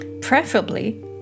preferably